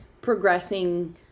progressing